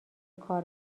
کار